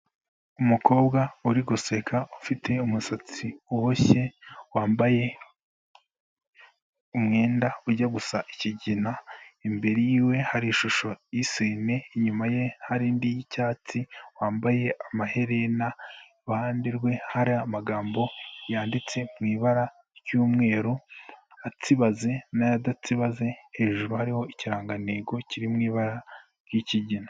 Umukobwa uri guseka, ufite umusatsi uboshye, wambaye umwenda ujya gusa ikigina, imbere y'iwe hari ishusho y'isine, inyuma ye hari indi y'icyatsi, wambaye amaherena, iruhande rwe hari amagambo yanditse mu ibara ry'umweru, atsibaze n'adatsibaze, hejuru hariho ikirangantego kiri mu ibara ry'ikigina.